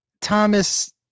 Thomas